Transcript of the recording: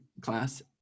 class